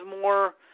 more –